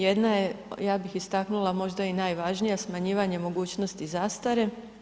Jedna je, ja bih istaknula, možda je i najvažnija, smanjivanje mogućnosti zastare.